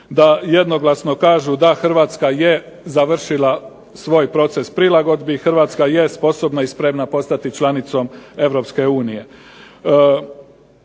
da jednoglasno kažu da Hrvatska je završila svoj proces prilagodbi, Hrvatska je sposobna i spremna postati članicom EU.